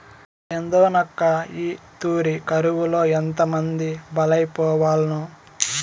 ఏందోనక్కా, ఈ తూరి కరువులో ఎంతమంది బలైపోవాల్నో